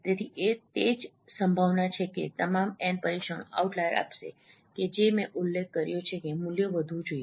તેથી તે જ સંભાવના છે કે તમામ એન પરીક્ષણો આઉટલાઈર આપશે કે જે મે ઉલ્લેખ કર્યો છે કે મૂલ્ય વધવું જોઈએ